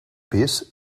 pis